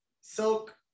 silk